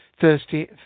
thirsty